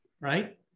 right